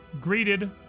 greeted